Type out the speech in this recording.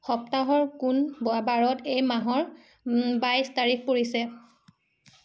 সপ্তাহৰ কোন বাৰত এই মাহৰ বাইছ তাৰিখ পৰিছে